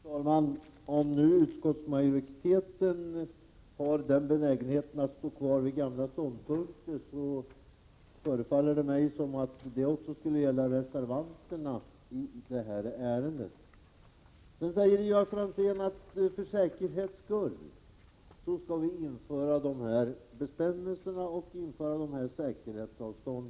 Fru talman! Om nu utskottsmajoriteten har benägenheten att stå kvar vid gamla ståndpunkter, förefaller det mig som om detta skulle gälla också reservanterna. Ivar Franzén säger att vi för säkerhets skull skall införa dessa bestämmelser och dessa säkerhetsavstånd.